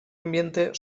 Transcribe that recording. ambiente